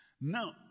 Now